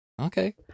Okay